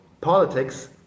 politics